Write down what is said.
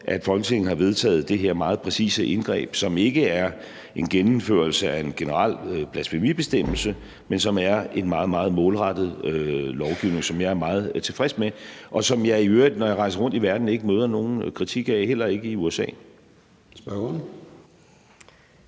at Folketinget har vedtaget det her meget præcise indgreb, som ikke er en gennemførelse af en generel blasfemibestemmelse, men som er en meget, meget målrettet lovgivning, som jeg er meget tilfreds med, og som jeg i øvrigt, når jeg rejser rundt i verden, ikke møder nogen kritik af, heller ikke i USA. Kl.